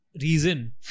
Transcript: reason